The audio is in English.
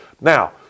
Now